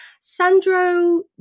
Sandro